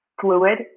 fluid